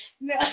No